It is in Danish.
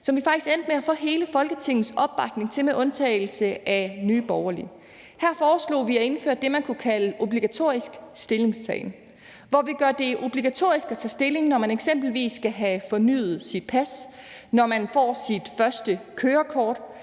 som vi faktisk endte med at få hele Folketingets opbakning til med undtagelse af Nye Borgerlige. Her foreslog vi at indføre det, man kunne kalde obligatorisk stillingtagen, hvor vi gør det obligatorisk at tage stilling, når man eksempelvis skal have fornyet sit pas, eller når man får sit første kørekort.